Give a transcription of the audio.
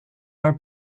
are